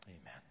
Amen